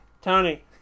Tony